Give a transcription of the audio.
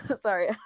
Sorry